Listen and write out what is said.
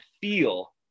feel